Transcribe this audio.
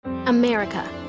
America